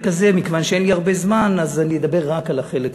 ומכיוון שאין לי הרבה זמן אני אדבר רק על החלק הזה: